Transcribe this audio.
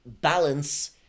balance